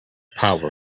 power